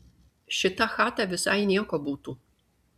šita chata visai nieko būtų